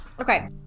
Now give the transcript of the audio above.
okay